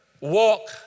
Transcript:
walk